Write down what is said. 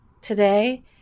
today